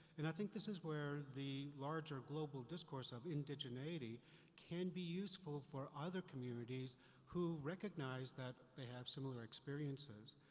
and i think this is where the larger global discourse of indigeneity can be useful for other communities who recognize that they have similar experiences.